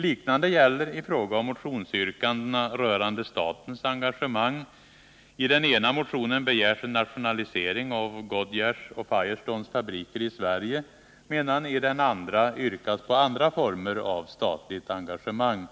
Liknande gäller i fråga om motionsyrkandena rörande statens engagemang. I den ena motionen begärs en nationalisering av Goodyears och Firestones fabriker i Sverige, medan det i den andra yrkas på andra former av statligt engagemang.